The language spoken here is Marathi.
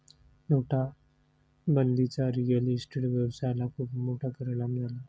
नोटाबंदीचा रिअल इस्टेट व्यवसायाला खूप मोठा परिणाम झाला